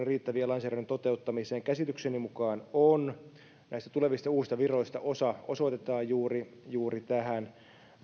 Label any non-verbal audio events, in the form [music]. [unintelligible] riittäviä lainsäädännön toteuttamiseen käsitykseni mukaan ovat näistä tulevista uusista viroista osa osoitetaan juuri juuri tähän